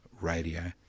Radio